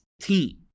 team